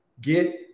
get